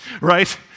right